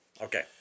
Okay